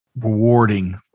rewarding